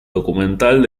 documental